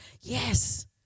yes